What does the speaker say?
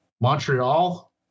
Montreal